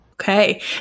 Okay